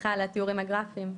סליחה על התיאורים הגרפיים,